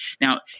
Now